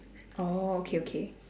orh okay okay